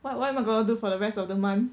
what what am I going to do for the rest of the month